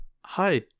Hi